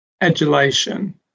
Adulation